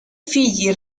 fiyi